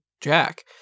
Jack